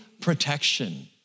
protection